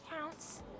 counts